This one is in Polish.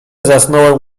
zasnąłem